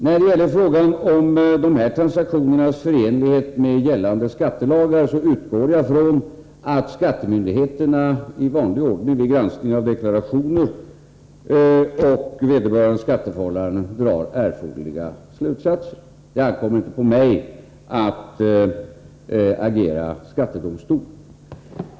När det gäller frågan om dessa transaktioners förenlighet med gällande skattelagar utgår jag från att skattemyndigheterna i vanlig ordning vid granskning av deklarationer och vederbörandes skatteförhållanden drar erforderliga slutsatser. Det ankommer inte på mig att agera skattedomstol.